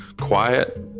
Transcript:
quiet